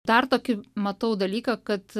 dar tokį matau dalyką kad